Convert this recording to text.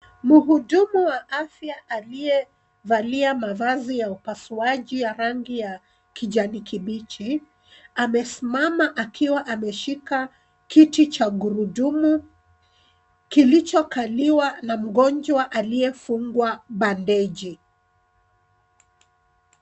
Mhudumu wa afya aliyevalia mavazi ya upasuaji ya rangi ya kijani kibichi amesimama akiwa ameshika kiti cha gurudumu kilichokaliwa na mgonjwa aliyefungwa bandeji .